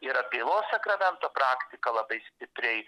ir atgailos sakramento praktika labai stipriai